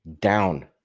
down